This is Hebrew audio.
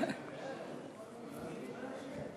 אבל לאור מה שהוא אמר,